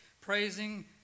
praising